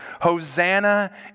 Hosanna